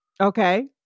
Okay